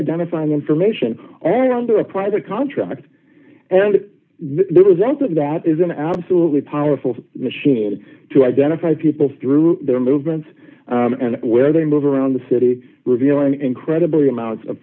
identifying information all under a private contract and the result of that is an absolutely powerful machine to identify people through their movements and where they move around the city revealing incredible amounts of